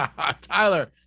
tyler